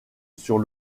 sur